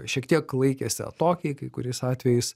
šiek tiek laikėsi atokiai kai kuriais atvejais